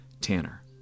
Tanner